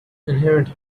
inherent